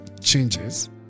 changes